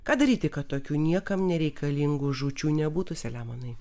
ką daryti kad tokių niekam nereikalingų žūčių nebūtų selemonai